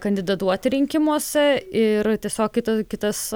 kandidatuoti rinkimuose ir tiesiog kitos kitas